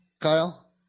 Kyle